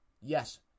yes